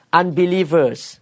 unbelievers